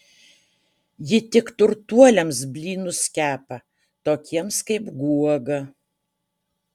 ji tik turtuoliams blynus kepa tokiems kaip guoga